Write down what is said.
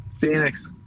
Phoenix